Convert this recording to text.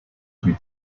plus